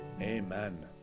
Amen